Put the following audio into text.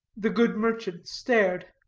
the good merchant stared.